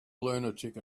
lunatic